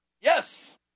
Yes